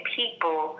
people